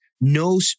No